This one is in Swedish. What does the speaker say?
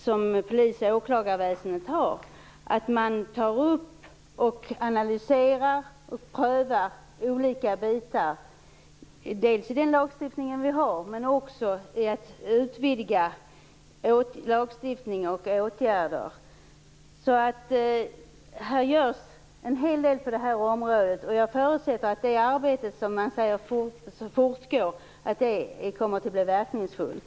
Jag förutsätter att man i det samarbetet tar upp, analyserar och prövar olika bitar av den lagstiftning som vi har men också när det gäller att utvidga lagstiftning och åtgärder. På det här området görs alltså en hel del, och jag förutsätter att det arbetet, som sägs fortgå, kommer att bli verkningsfullt.